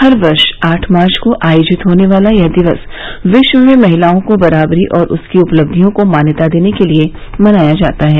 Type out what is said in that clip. हर वर्ष आठ मार्च को आयोजित होने वाला यह दिवस विश्व में महिलाओं को बराबरी और उनकी उपलब्धियों को मान्यता देने के लिए मनाया जाता है